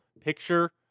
picture